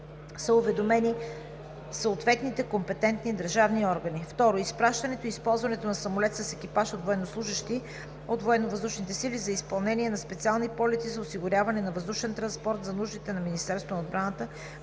съответните компетентни държавни органи.